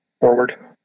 forward